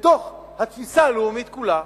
בתוך התפיסה הלאומית כולה.